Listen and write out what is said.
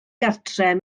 gartref